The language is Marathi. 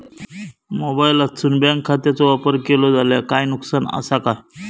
मोबाईलातसून बँक खात्याचो वापर केलो जाल्या काय नुकसान असा काय?